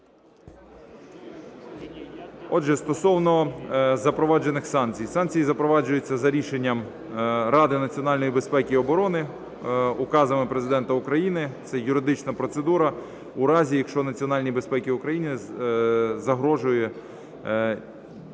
Отже, стосовно запроваджених санкцій. Санкції запроваджуються за рішенням Ради національної безпеки і оборони, указами Президента України – це юридична процедура, у разі, якщо національній безпеці України загрожує зовнішня